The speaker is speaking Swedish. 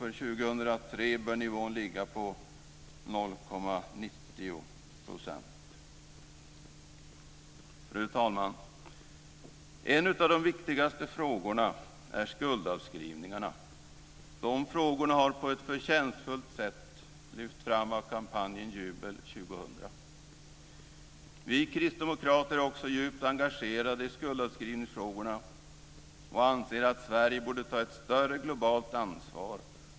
För år 2003 bör nivån ligga på 0,90 %. Fru talman! En av de viktigaste frågorna är skuldavskrivningarna. De frågorna har på ett förtjänstfullt sätt lyfts fram av kampanjen Jubel 2000. Vi kristdemokrater är också djupt engagerade i skuldavskrivningsfrågorna och anser att Sverige borde ta ett större globalt ansvar.